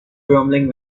grumbling